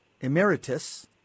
Emeritus